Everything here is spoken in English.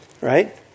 right